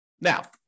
Now